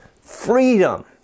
freedom